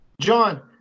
John